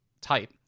type